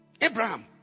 Abraham